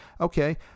Okay